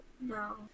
No